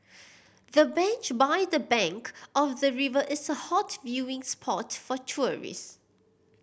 the bench by the bank of the river is a hot viewing spot for tourist